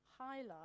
highlight